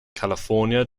california